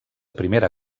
primera